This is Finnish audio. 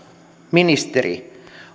ministeri